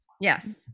Yes